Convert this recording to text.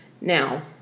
Now